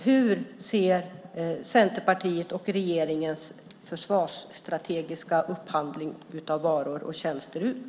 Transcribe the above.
Hur ser Centerpartiets och regeringens försvarsstrategiska upphandling av varor och tjänster ut?